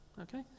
okay